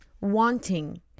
wanting